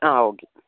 ആ ഓക്കേ